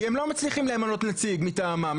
כי הם לא מצליחים למנות נציג מטעמים,